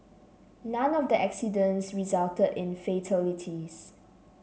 none of the accidents resulted in fatalities